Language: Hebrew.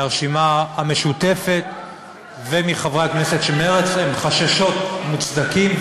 מהרשימה המשותפת ומחברי הכנסת של מרצ הן חששות מוצדקים,